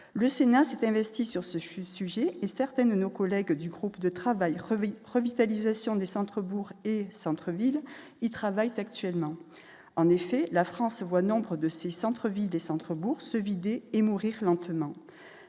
le Sénat s'est investi sur ce fut sujet et certaines de nos collègues du groupe de travail crever revitalisation du centre bourg et centre ville ils travaillent actuellement, en effet, la France voit nombre de ses centres villes des centres Bourse vider et mourir lentement,